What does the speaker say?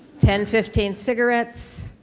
ten fifteen cigarettes.